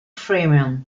freeman